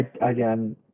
again